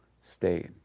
state